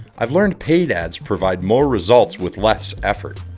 i have learned paid ads provide more results with less effort.